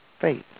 faith